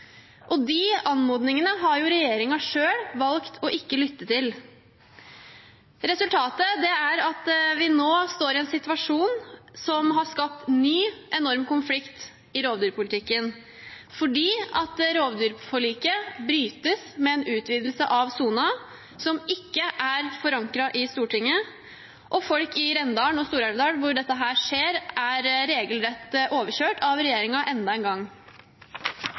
De anmodningene har regjeringen selv valgt å ikke lytte til. Resultatet er at vi nå står i en situasjon som har skapt en ny, enorm konflikt i rovdyrpolitikken, fordi rovdyrforliket brytes med en utvidelse av sonen, som ikke er forankret i Stortinget, og folk i Rendalen og Stor-Elvdal, hvor dette skjer, er regelrett overkjørt av regjeringen enda en gang.